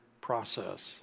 process